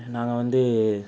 நாங்கள் வந்து